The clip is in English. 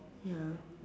ya